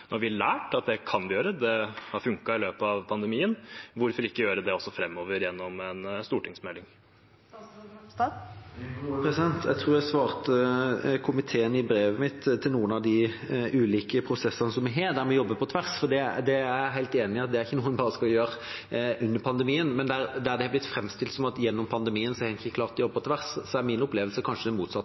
vi lært at det kan vi gjøre, det har funket i løpet av pandemien. Hvorfor ikke gjøre det også framover gjennom en stortingsmelding? Jeg tror jeg svarte komiteen i brevet mitt – om noen av de ulike prosessene som vi har, der vi jobber på tvers. Jeg er helt enig i at det ikke er noe man bare skal gjøre under pandemien. Men der det er blitt framstilt som at man gjennom pandemien ikke har klart å jobbe på tvers, er min opplevelse kanskje det motsatte;